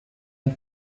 and